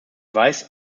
weiß